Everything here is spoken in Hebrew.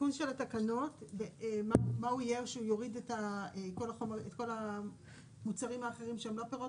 התיקון של התקנות יוריד את כל המוצרים האחרים שהם לא פירות